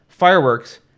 fireworks